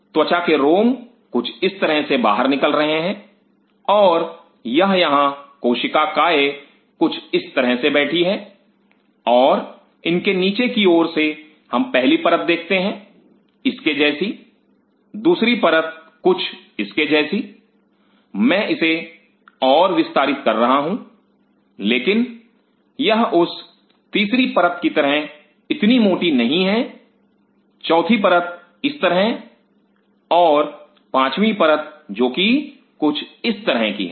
त्वचा के रोम कुछ इस तरह से बाहर निकल रहे हैं और यह यहां कोशिका काय कुछ इस तरह से बैठी है और इनके नीचे की ओर से हम पहली परत देखते हैं इसके जैसी दूसरी परत कुछ इसके जैसी मैं इसे और विस्तारित कर रहा हूँ लेकिन यह उस तीसरी परत की तरह इतनी मोटी नहीं है चौथी परत इस तरह और पांचवी परत जो कि कुछ इस तरह की है